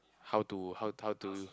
how to how how to